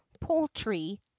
poultry